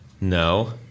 No